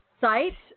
site